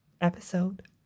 episode